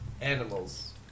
animals